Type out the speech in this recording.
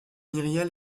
myriel